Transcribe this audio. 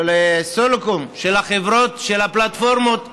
של סלקום, של הפלטפורמות המשדרות,